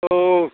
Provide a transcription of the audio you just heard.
औ औ